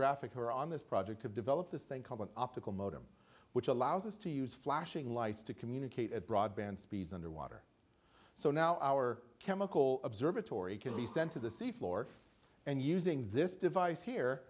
oceanographic who are on this project have developed this thing called an optical modem which allows us to use flashing lights to communicate at broadband speeds underwater so now our chemical observatory can be sent to the sea floor and using this device here